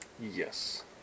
Yes